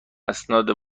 اسناد